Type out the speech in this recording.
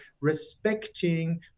respecting